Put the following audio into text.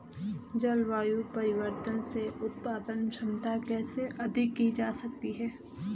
जलवायु परिवर्तन से उत्पादन क्षमता कैसे अधिक की जा सकती है?